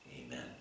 Amen